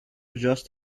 just